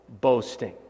boasting